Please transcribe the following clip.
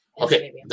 Okay